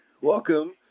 welcome